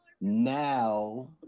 now